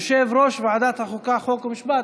יושב-ראש ועדת החוקה, חוק ומשפט.